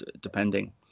depending